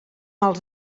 els